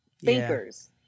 thinkers